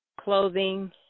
clothing